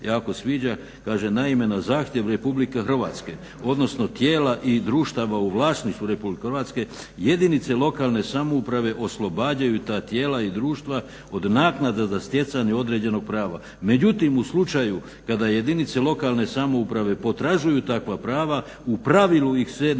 jako sviđa, kaže "naime na zahtjev RH odnosno tijela i društava u vlasništvu RH jedinice lokalne samouprave oslobađaju ta tijela i društva od naknada za stjecanje određenog prava. Međutim u slučaju kada jedinice lokalne samouprave potražuju takva prava u pravilu ih se ne mogu